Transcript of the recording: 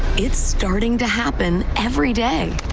it's starting to happen every day.